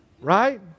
Right